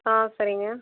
ஆ சரிங்க